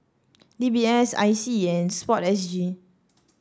D B S I C and sport S G